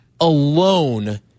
alone